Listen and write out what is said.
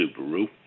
Subaru